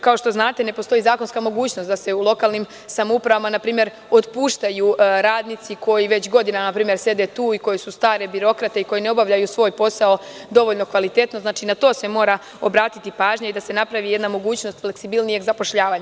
Kao što znate ne postoji zakonska mogućnost da se u lokalnim samoupravama npr. otpuštaju radnici koji već godinama sede tu i koji su stare birokrate i koji ne obavljaju svoj posao dovoljno kvalitetno, znači na to se mora obratiti pažnja i da se napravi jedna mogućnost fleksibilnijeg zapošljavanja.